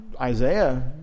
Isaiah